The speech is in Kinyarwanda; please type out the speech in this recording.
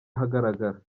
ahagaragara